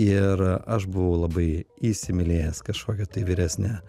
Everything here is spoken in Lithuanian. ir aš buvau labai įsimylėjęs kažkokią tai vyresnę